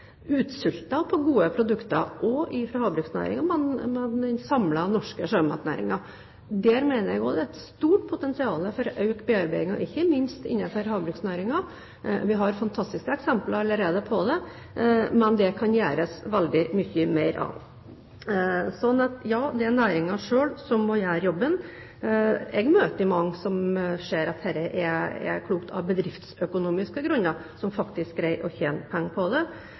utsultet på gode produkter, også fra havbruksnæringen, men samlet fra den norske sjømatnæringen. Der mener jeg også det er et stort potensial for økt bearbeiding, ikke minst innenfor havbruksnæringen. Vi har fantastiske eksempler på det allerede, men det kan gjøres veldig mye mer. Så ja, næringen selv må gjøre jobben. Jeg møter mange som sier at dette er klokt av bedriftsøkonomiske grunner, og som faktisk greier å tjene penger på det.